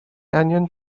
angen